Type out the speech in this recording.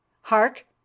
hark